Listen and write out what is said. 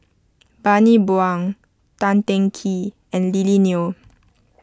Bani Buang Tan Teng Kee and Lily Neo